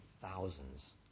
thousands